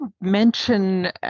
mention